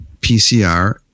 PCR